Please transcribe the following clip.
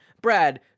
Brad